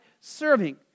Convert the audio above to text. serving